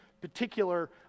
particular